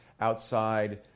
outside